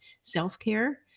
self-care